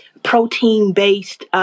protein-based